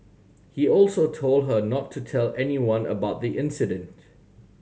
he also told her not to tell anyone about the incident